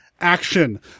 action